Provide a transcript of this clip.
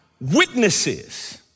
witnesses